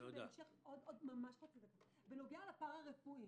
בנוגע לפרה-רפואי,